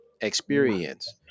experience